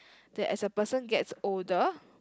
that as a person gets older